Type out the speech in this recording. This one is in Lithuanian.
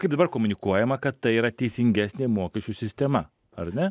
kaip dabar komunikuojama kad tai yra teisingesnė mokesčių sistema ar ne